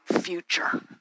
future